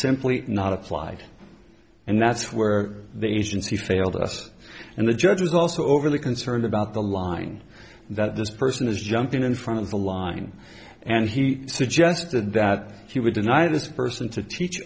simply not applied and that's where the agency failed us and the judge is also overly concerned about the line that this person is jumping in front of the line and he suggested that she would deny this person to teach